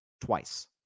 twice